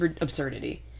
absurdity